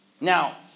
Now